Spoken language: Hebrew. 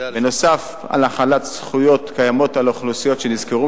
נוסף על החלת זכויות קיימות על האוכלוסיות שנזכרו,